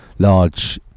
Large